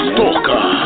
Stalker